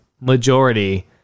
majority